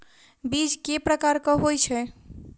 बीज केँ प्रकार कऽ होइ छै?